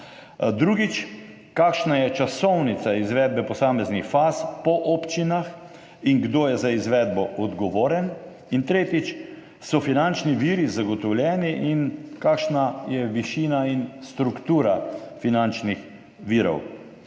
Kakšna je časovnica izvedbe posameznih faz po občinah in kdo je za izvedbo odgovoren? Ali so finančni viri zagotovljeni in kakšna je višina in struktura finančnih virov?